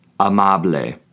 Amable